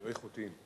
לא איכותיים.